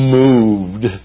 moved